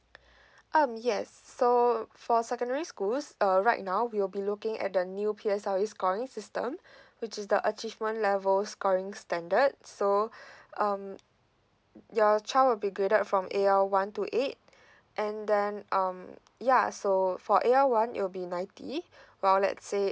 um yes so for secondary schools uh right now we will be looking at the new P S L E scoring system which is the achievement level scoring standard so um your child will be graded from A L one to eight and then um ya so for A L one it will be ninety while let's say